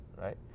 right